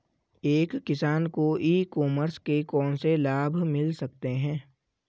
एक किसान को ई कॉमर्स के कौनसे लाभ मिल सकते हैं?